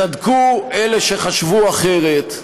צדקו אלה שחשבו אחרת,